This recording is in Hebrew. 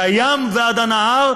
מהים ועד הנהר,